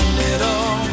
little